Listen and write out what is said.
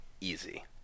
easy